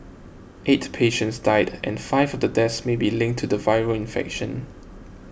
eight patients died and five of the deaths may be linked to the viral infection